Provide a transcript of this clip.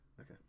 Okay